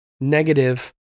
negative